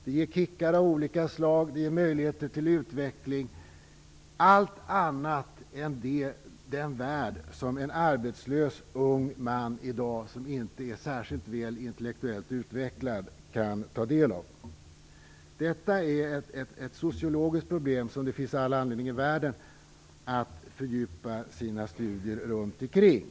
Det ger kickar av olika slag samt möjligheter till utveckling - ja, allt annat än den värld som en arbetslös ung man i dag, som inte är särskilt väl intellektuellt utvecklad, kan ta del av. Detta är ett sociologiskt problem som det finns all anledning i världen att bedriva fördjupade studier kring.